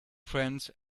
friends